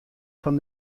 fan